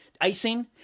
Icing